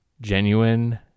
genuine